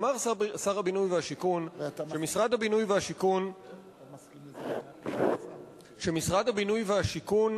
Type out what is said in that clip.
אמר שר הבינוי והשיכון שמשרד הבינוי והשיכון